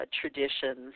traditions